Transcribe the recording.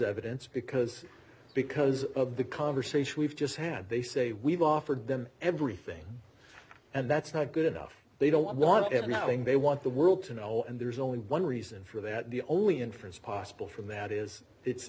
evidence because because of the conversation we've just had they say we've offered them everything and that's not good enough they don't want everything they want the world to know and there's only one reason for that the only inference possible from that is it's